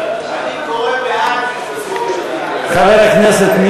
הסגנים ליושב-ראש הכנסת בתקופת כהונתה של הכנסת התשע-עשרה),